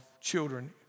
children